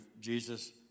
Jesus